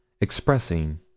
expressing